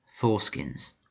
foreskins